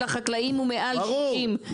החקלאי מעל 60. ברור.